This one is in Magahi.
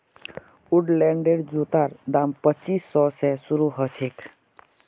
वुडलैंडेर जूतार दाम पच्चीस सौ स शुरू ह छेक